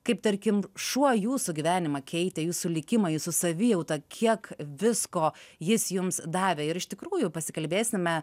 kaip tarkim šuo jūsų gyvenimą keitė jūsų likimą jūsų savijautą kiek visko jis jums davė ir iš tikrųjų pasikalbėsime